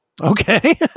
Okay